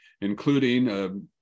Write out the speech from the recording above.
including